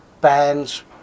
bands